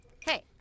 hey